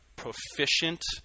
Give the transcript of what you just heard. proficient